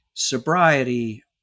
Sobriety